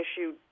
issue